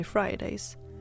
Fridays-